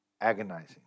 agonizing